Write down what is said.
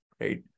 right